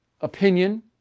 opinion